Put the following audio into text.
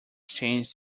changed